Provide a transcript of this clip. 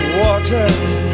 waters